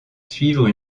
suivre